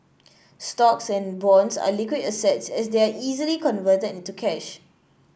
stocks and bonds are liquid assets as they are easily converted into cash